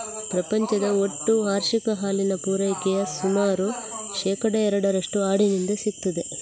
ಪ್ರಪಂಚದ ಒಟ್ಟು ವಾರ್ಷಿಕ ಹಾಲಿನ ಪೂರೈಕೆಯ ಸುಮಾರು ಶೇಕಡಾ ಎರಡರಷ್ಟು ಆಡಿನಿಂದ ಸಿಗ್ತದೆ